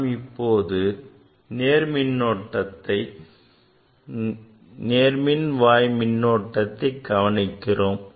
நாம இப்போது நேர்மின்வாய் மின்னோட்டத்தை கவனிக்கிறோம்